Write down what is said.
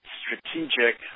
strategic